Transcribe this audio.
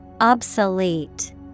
Obsolete